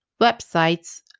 websites